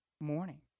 morning